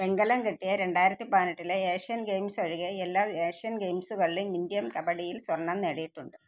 വെങ്കലം കിട്ടിയ രണ്ടായിരത്തിപതിനെട്ടിലെ ഏഷ്യൻ ഗെയിംസ് ഒഴികെ എല്ലാ ഏഷ്യൻ ഗെയിംസുകളിലും ഇന്ത്യ കബഡിയില് സ്വർണം നേടിയിട്ടുണ്ട്